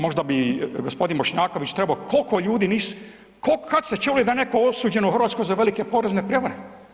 Možda bi gospodin Bošnjaković trebao koliko ljudi, kad ste čuli da je netko osuđen u Hrvatskoj za velike porezne prijevare?